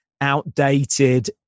outdated